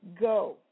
go